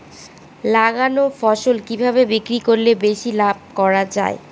লাগানো ফসল কিভাবে বিক্রি করলে বেশি লাভ করা যায়?